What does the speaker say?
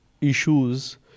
issues